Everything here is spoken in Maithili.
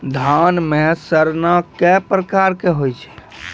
धान म सड़ना कै प्रकार के होय छै?